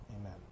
Amen